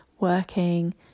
working